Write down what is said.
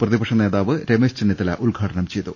പ്രതിപക്ഷനേതാവ് രമേശ് ചെന്നിത്തല ഉദ്ഘാടനം ചെയ്തു